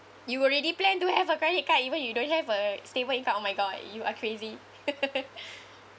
you already planned to have a credit card even if you don't have a stable income oh my god you are crazy